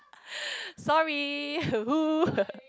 sorry